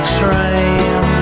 train